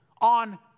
on